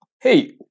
Hey